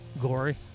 gory